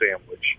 sandwich